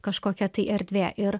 kažkokia tai erdvė ir